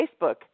Facebook